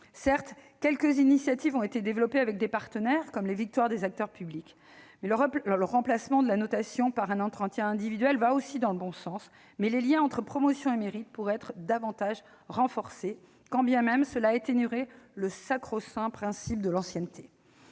Certes, quelques initiatives ont été développées avec des partenaires, comme les Victoires des Acteurs publics. Le remplacement de la notation par un entretien individuel va aussi dans le bon sens, mais les liens entre promotion et mérite pourraient être davantage renforcés, quand bien même cela atténuerait le sacro-saint principe de l'ancienneté.